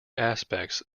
aspects